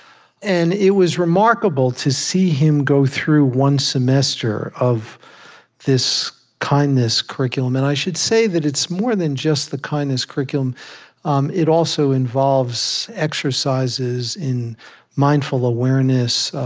and it was remarkable to see him go through one semester of this kindness curriculum and i should say that it's more than just the kindness curriculum um it also involves exercises in mindful awareness.